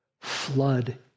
flood